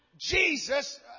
Jesus